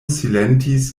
silentis